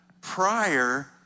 prior